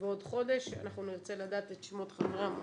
ועוד חודש אנחנו נרצה לדעת את שמות חברי המועצה.